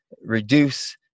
reduce